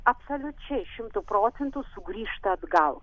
absoliučiai šimtu procentų sugrįžta atgal